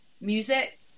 music